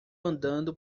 andando